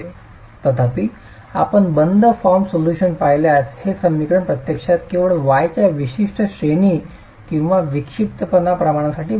तथापि आपण बंद फॉर्म सोल्यूशन पाहिल्यास आणि हे समीकरण प्रत्यक्षात केवळ y च्या विशिष्ट श्रेणी किंवा विक्षिप्तपणा प्रमाणांसाठी वैध आहे